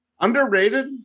Underrated